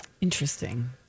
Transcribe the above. Interesting